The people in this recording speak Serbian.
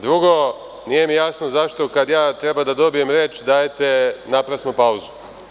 Drugo, nije mi jasno zašto kada ja treba da dobijem reč dajete naprasno pauzu.